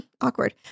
awkward